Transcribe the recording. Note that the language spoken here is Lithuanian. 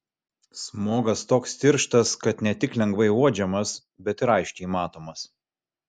smogas toks tirštas kad ne tik lengvai uodžiamas bet ir aiškiai matomas